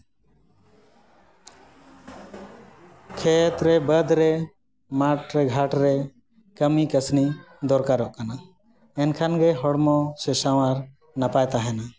ᱠᱷᱮᱛ ᱨᱮ ᱵᱟᱹᱫᱽ ᱨᱮ ᱢᱟᱴᱷ ᱨᱮ ᱜᱷᱟᱴ ᱨᱮ ᱠᱟᱹᱢᱤ ᱠᱟᱹᱥᱱᱤ ᱫᱚᱨᱠᱟᱨᱚᱜ ᱠᱟᱱᱟ ᱮᱱᱠᱷᱟᱱ ᱜᱮ ᱦᱚᱲᱢᱚ ᱥᱮ ᱥᱟᱶᱟᱨ ᱱᱟᱯᱟᱭ ᱛᱟᱦᱮᱱᱟ